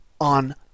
on